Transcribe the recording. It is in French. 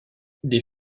des